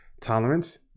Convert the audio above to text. tolerance